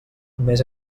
més